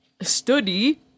study